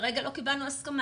כרגע לא קיבלנו הסכמה.